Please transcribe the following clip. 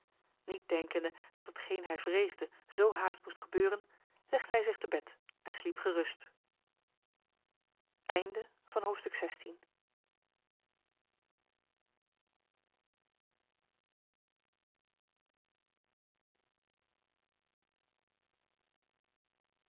niet denkende dat hetgeen hij vreesde zo haast moest gebeuren legde hij zich te bed en sliep gerust